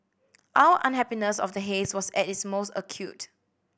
our unhappiness of the haze was at its most acute